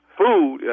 food